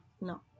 No